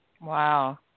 Wow